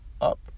up